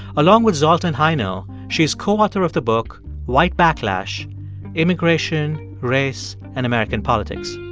along with zoltan hajnal, she is co-author of the book white backlash immigration, race, and american politics.